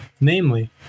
namely